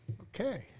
Okay